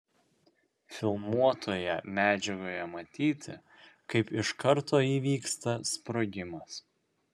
filmuotoje medžiagoje matyti kaip iš karto įvyksta sprogimas